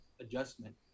adjustment